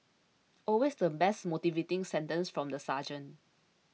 always the best motivating sentence from the sergeant